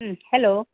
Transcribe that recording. hello